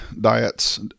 diets